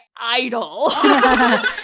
idol